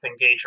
engager